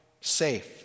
safe